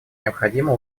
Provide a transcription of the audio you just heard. необходимо